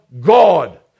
God